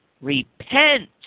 repent